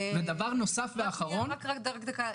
רק דקה,